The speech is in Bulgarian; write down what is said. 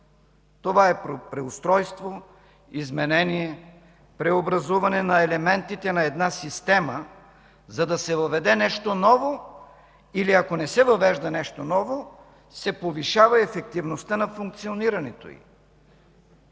Това е преустройство, изменение, преобразуване на елементите на една система, за да се въведе нещо ново или, ако не се въвежда нещо ново, се повишава ефективността на функционирането й.